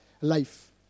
life